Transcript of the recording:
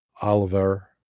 Oliver